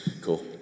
Cool